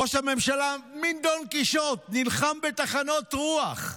ראש הממשלה, מין דון קישוט, נלחם בטחנות רוח.